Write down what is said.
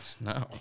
No